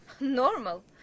Normal